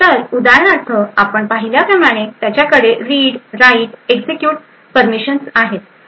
तर उदाहरणार्थ आपण पाहिल्याप्रमाणे त्याच्याकडे रीड राईट एक्झिक्युट परमिशन आहेत